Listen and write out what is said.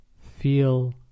Feel